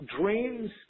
dreams